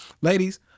ladies